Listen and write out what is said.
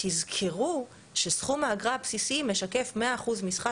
תזכרו שסכום האגרה הבסיסי משקף מאה אחוז משרה